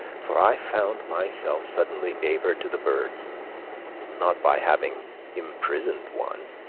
for i found myself suddenly neighbor to the birds not by having imprisoned one,